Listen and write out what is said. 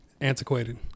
Antiquated